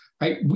right